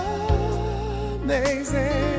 amazing